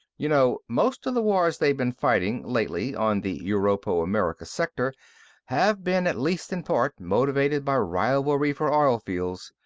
you know, most of the wars they've been fighting, lately, on the europo-american sector have been, at least in part, motivated by rivalry for oil fields.